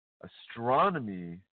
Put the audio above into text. astronomy